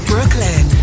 Brooklyn